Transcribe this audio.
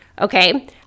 Okay